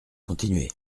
continuez